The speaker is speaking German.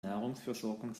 nahrungsversorgung